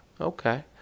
Okay